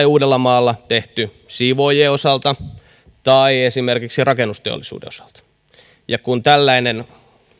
uudellamaalla tehty siivoojien osalta ja esimerkiksi rakennusteollisuuden osalta ja kun tällainen